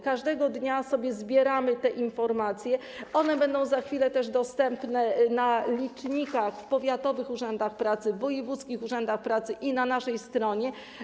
Każdego dnia zbieramy te informacje - one będą za chwilę dostępne też na licznikach w powiatowych urzędach pracy, w wojewódzkich urzędach pracy i na naszej stronie.